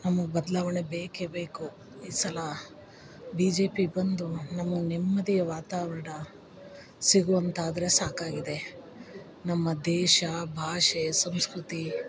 ನಮಗೆ ಬದಲಾವಣೆ ಬೇಕು ಬೇಕು ಈ ಸಲ ಬಿ ಜೆ ಪಿ ಬಂದು ನಮ್ಗೊಂದು ನೆಮ್ದಿಯ ವಾತಾವರನ ಸಿಗುವಂತಾದರೆ ಸಾಕಾಗಿದೆ ನಮ್ಮ ದೇಶ ಭಾಷೆ ಸಂಸ್ಕೃತಿ